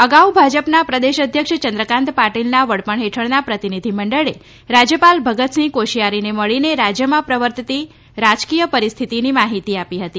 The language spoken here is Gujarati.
અગાઉ ભાજપના પ્રદેશ અધ્યક્ષ ચંદ્રકાન્ત પાટિલના વડપણ હેઠળના પ્રતિનિધમંડળે રાજ્યપાલ ભગતસિંહ કોશિયારીને મળીને રાજ્યમાં પ્રવર્તતિ રાજકીય પરિસ્થિતિની માહિતી આપી હતી